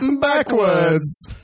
Backwards